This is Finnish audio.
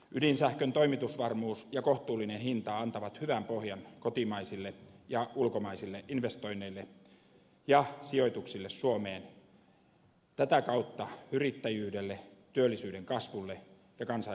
ydinsähkön toimitusvarmuus ja kohtuullinen hinta antavat hyvän pohjan kotimaisille ja ulkomaisille investoinneille ja sijoituksille suomeen ja tätä kautta yrittäjyydelle työllisyyden kasvulle ja kansalaistemme hyvinvoinnin lisääntymiselle